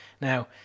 Now